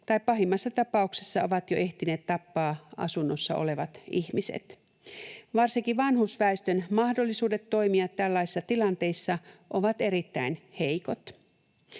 jotka pahimmassa tapauksessa ovat jo ehtineet tappaa asunnossa olevat ihmiset. Varsinkin vanhusväestön mahdollisuudet toimia tällaisissa tilanteissa ovat erittäin heikot.